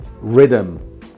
rhythm